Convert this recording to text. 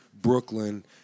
Brooklyn